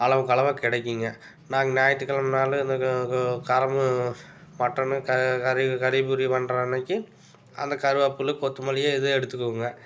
அளவுக்கு அளவாக கிடைக்குங்க நாங்கள் ஞாயிற்றுக்கெழம நாள் இந்த மட்டனும் க கறி கறி பிரி பண்ணுற அன்னைக்கு அந்த கருவேப்பில கொத்தமல்லி இதை எடுத்துக்குவோங்க